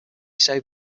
save